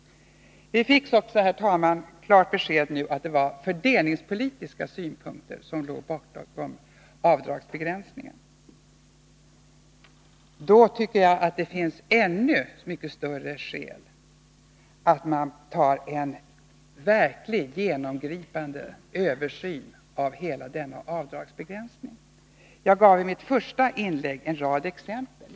Dessutom fick vi, herr talman, klart besked om att det var fördelningspolitiska synpunkter som låg bakom avdragsbegränsningen. Då tycker jag att det finns så mycket bättre skäl att göra en verkligt genomgripande översyn av hela frågan om avdragsbegränsningen. I mitt första inlägg anförde jag en rad exempel.